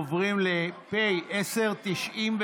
אין לנו סדר-יום.